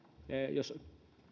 jos